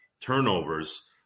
turnovers